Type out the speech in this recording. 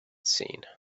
seen